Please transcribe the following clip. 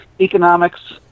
economics